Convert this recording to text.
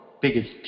biggest